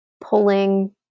pulling